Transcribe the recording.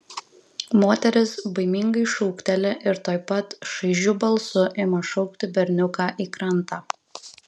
moteris baimingai šūkteli ir tuoj pat šaižiu balsu ima šaukti berniuką į krantą